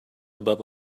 above